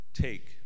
Take